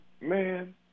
man